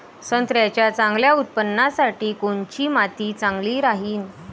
संत्र्याच्या चांगल्या उत्पन्नासाठी कोनची माती चांगली राहिनं?